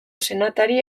senatari